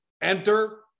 Enter